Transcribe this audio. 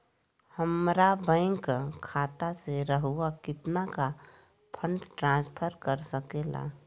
हमरा बैंक खाता से रहुआ कितना का फंड ट्रांसफर कर सके ला?